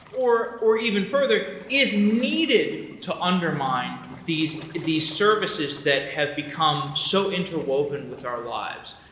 or or even further, is needed to undermine these these services that have become so interwoven with our lives.